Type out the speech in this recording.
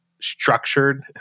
structured